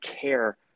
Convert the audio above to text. care